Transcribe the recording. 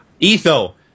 Etho